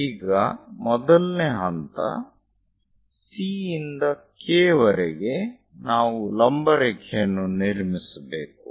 ಈಗ ಮೊದಲ ಹಂತ C ಯಿಂದ K ವರೆಗೆ ನಾವು ಲಂಬ ರೇಖೆಯನ್ನು ನಿರ್ಮಿಸಬೇಕು